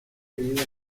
vivido